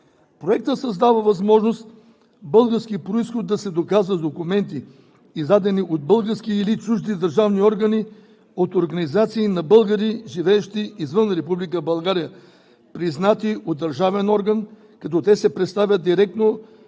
Проектът създава възможност български произход да се доказва с документи, издадени от български или чужди държавни органи, от организации на българи, живеещи извън Република България, признати от държавен орган, като те се представят директно